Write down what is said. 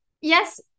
yes